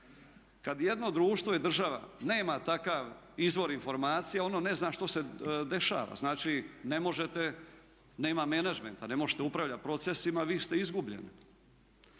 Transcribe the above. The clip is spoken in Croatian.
Kad jedno društvo i država nema takav izvor informacija, ono ne zna što se dešava. Znači, ne možete, nema menadžmenta, ne možete upravljati procesima, vi ste izgubljeni.